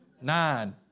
Nine